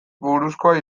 buruzkoa